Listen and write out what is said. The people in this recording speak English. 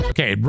Okay